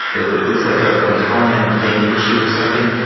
it was like ah like how men think issue or something.